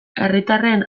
herritarren